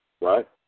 right